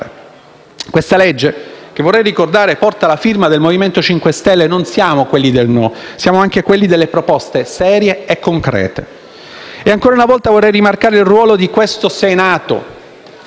Questa legge, vorrei ricordare, porta la firma del Movimento 5 Stelle: non siamo quelli del no, ma siamo anche quelli delle proposte serie e concrete. Vorrei ancora una volta rimarcare il ruolo del Senato,